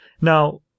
Now